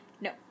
No